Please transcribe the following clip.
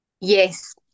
yes